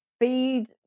feed